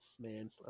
man